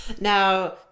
Now